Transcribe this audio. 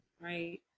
right